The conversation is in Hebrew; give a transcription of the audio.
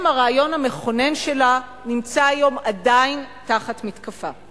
הרעיון המכונן שלה הוא היום עדיין תחת מתקפה.